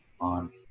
on